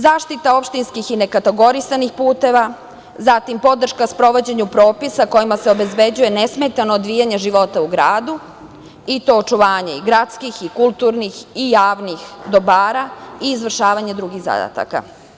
Zaštita opštinskih i nekategorisanih puteva, zatim podrška sprovođenju propisa kojima se obezbeđuje nesmetano odvijanje života u gradu, i to očuvanje i gradskih i kulturnih i javnih dobara i izvršavanje drugih zadataka.